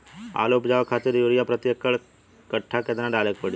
आलू उपजावे खातिर यूरिया प्रति एक कट्ठा केतना डाले के पड़ी?